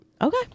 Okay